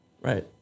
Right